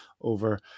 over